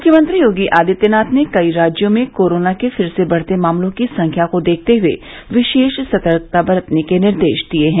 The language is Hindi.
मुख्यमंत्री योगी आदित्यनाथ ने कई राज्यों में कोरोना के फिर से बढ़ते मामलों की संख्या को देखते हुए विशेष सतर्कता बरतने के निर्देश दिये हैं